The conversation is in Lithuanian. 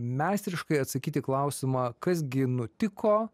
meistriškai atsakyt į klausimą kas gi nutiko